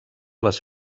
les